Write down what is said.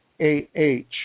A-H